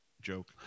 joke